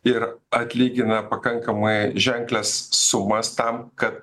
ir atlygina pakankamai ženklias sumas tam kad